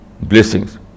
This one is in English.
blessings